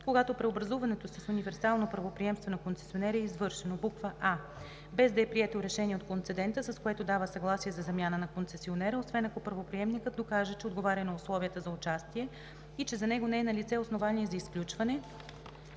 когато преобразуването с универсално правоприемство на концесионера е извършено: а) без да е прието решение на концедента, с което дава съгласие за замяна на концесионера, освен ако правоприемникът докаже, че отговаря на условията за участие и че за него не е налице основание за изключване,